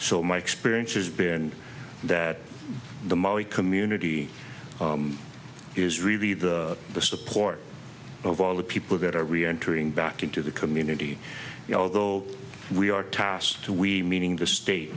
so my experience has been that the maui community is really the support of all the people that are we entering back into the community although we are tasked to we meaning the state